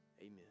amen